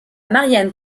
marianne